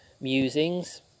musings